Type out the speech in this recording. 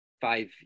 five